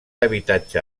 habitatge